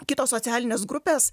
kitos socialinės grupės